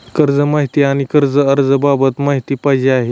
कर्ज माहिती आणि कर्ज अर्ज बाबत माहिती पाहिजे आहे